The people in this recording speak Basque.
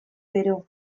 gero